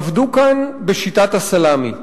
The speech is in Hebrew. עבדו כאן בשיטת הסלאמי.